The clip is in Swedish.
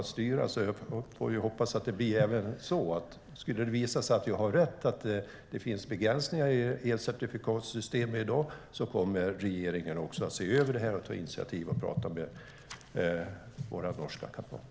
Jag får därför hoppas att det blir så och att regeringen, om det skulle visa sig att jag har rätt i att det finns begränsningar i elcertifikatssystemet i dag, också kommer att se över detta och ta initiativ och tala med våra norska kamrater.